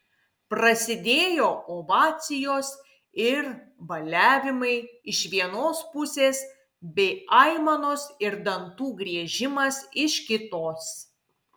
prasidėjo ovacijos ir valiavimai iš vienos pusės bei aimanos ir dantų griežimas iš kitos